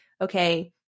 okay